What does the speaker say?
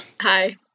Hi